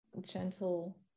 gentle